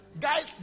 guys